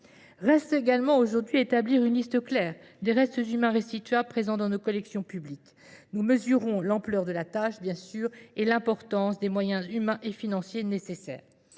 Reste également aujourd'hui établir une liste claire des restes humains restituables présents dans nos collections publiques. Nous mesurons l'ampleur de la tâche, bien sûr, et l'importance des moyens humains et financiers nécessaires.